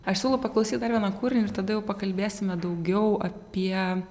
aš siūlau paklausyt dar vieną kūrinį ir tada jau pakalbėsime daugiau apie